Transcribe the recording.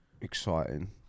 exciting